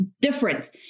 different